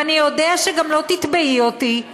ואני יודע שגם לא תתבעי אותי,